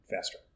faster